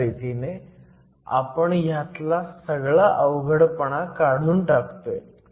अशा रीतीने आपण ह्यातला सगळा अवघडपणा काढून टाकतोय